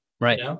Right